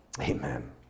amen